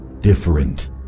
different